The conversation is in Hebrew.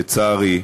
לצערי,